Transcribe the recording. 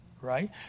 right